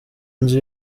nzu